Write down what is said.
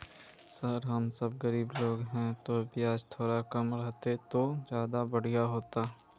sir हम सब गरीब लोग है तो बियाज थोड़ा कम रहते तो ज्यदा बढ़िया होते